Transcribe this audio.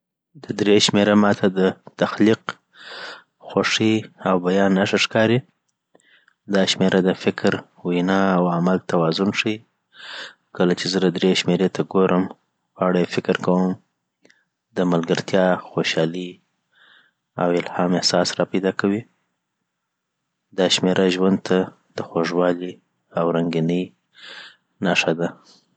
د درې شمېره ما ته د تخلیق، خوښۍ او بیان نښه ښکاري. دا شمېره د فکر، وینا او عمل توازن ښيي کله چې زه د درې شمېرې ته ګورم په اړه فکر کوم د ملګرتیا، خوشحالۍ او الهام احساس را پیدا کوي .دا شمېره ژوند ته خوږوالی او رنګیني ور بخښي